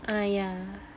uh yeah